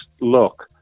look